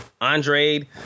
Andre